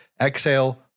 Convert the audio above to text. exhale